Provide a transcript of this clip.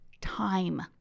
time